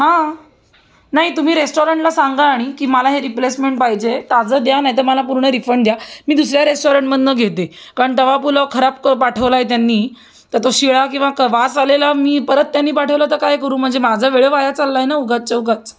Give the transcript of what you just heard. हां नाही तुम्ही रेस्टॉरंटला सांगा आणि की मला हे रिप्लेसमेंट पाहिजे ताजं द्या नाही तर मला पूर्ण रिफंड द्या मी दुसऱ्या रेस्टॉरंटमधून घेते कारण तवा पुलाव खराब क पाठवला आहे त्यांनी तर तो शिळा किंवा वास आलेला मी परत त्यांनी पाठवलं तर काय करू म्हणजे माझा वेळ वाया चालला आहे ना उगाचच्या उगाच